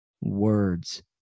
words